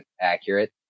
accurate